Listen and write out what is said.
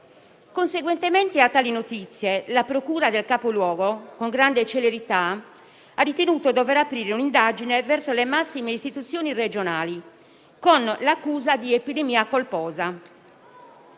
Conseguentemente a tali notizie, la procura del capoluogo con grande celerità ha ritenuto di dover aprire un'indagine verso le massime istituzioni regionali con l'accusa di epidemia colposa.